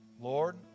Lord